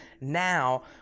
now